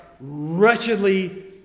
wretchedly